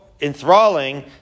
enthralling